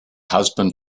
husband